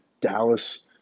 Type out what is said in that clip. Dallas